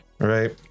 Right